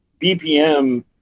BPM